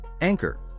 Anchor